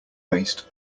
based